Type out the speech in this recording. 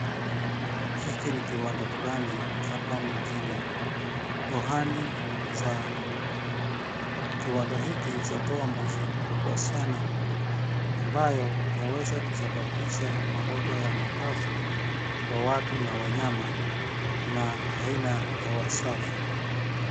Hiki ni kiwanda fulani hapa mjini. Rohani za kiwanda hiki zatoa moshi mingi sana ambayo yaweza kusababisha magonjwa ya mapafu kwa watu na wanyama na haina hewa safi.